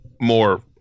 more